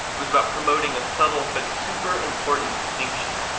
it was about promoting a subtle but super important, distinction.